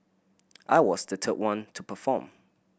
I was the third one to perform